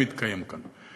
מתקיים כאן.